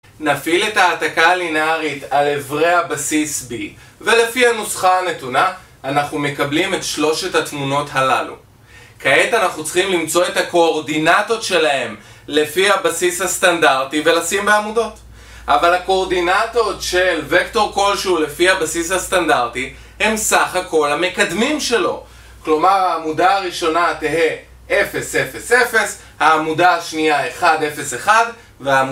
נפעיל את ההעתקה הלינארית על אברי הבסיס B, ולפי הנוסחה הנתונה אנחנו מקבלים את שלושת התמונות הללו. כעת אנחנו צריכים למצוא את הקואורדינטות שלהם לפי הבסיס הסטנדרטי ולשים בעמודות, אבל הקואורדינטות של וקטור כלשהו לפי הבסיס הסטנדרטי הם סך הכל המקדמים שלו, כלומר העמודה הראשונה תהה 0 0 0, העמודה השנייה 1 0 1 והע...